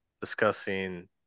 discussing